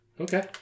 Okay